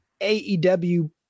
AEW